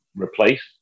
replace